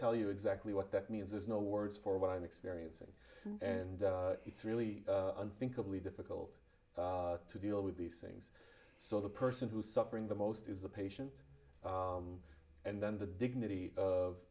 tell you exactly what that means there's no words for what i'm experiencing and it's really think of we difficult to deal with these things so the person who's suffering the most is the patient and then the dignity of